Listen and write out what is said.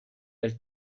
del